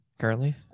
currently